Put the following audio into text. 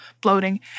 bloating